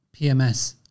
PMS